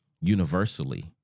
universally